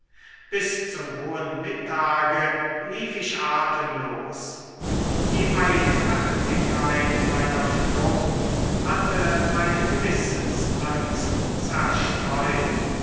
bis zum hohen mittage lief ich atemlos die eilfertigkeit meiner flucht hatte meine gewissensangst zerstreut